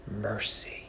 mercy